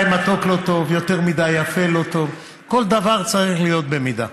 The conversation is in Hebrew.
כל דבר צריך להיות במידה.